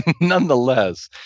nonetheless